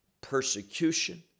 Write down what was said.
Persecution